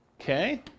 Okay